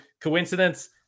Coincidence